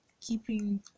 keeping